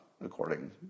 according